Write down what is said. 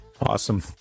Awesome